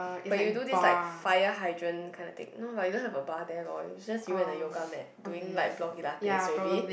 where you do this like fire hydrant kinda thing no but you don't have a bar there lor is just you and a yoga mat doing like Blogilates maybe